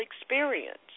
experience